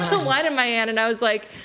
so wine in my hand, and i was like,